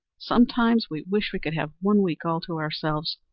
sometimes we wish we could have one week all to ourselves.